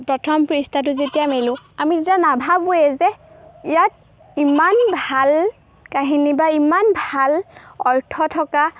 প্ৰথম পৃষ্ঠাটো যেতিয়া মেলোঁ আমি তেতিয়া নাভাবোঁৱেই যে ইয়াত ইমান ভাল কাহিনী বা ইমান ভাল অৰ্থ থকা